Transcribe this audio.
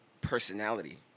personality